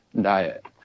diet